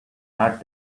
not